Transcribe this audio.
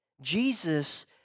Jesus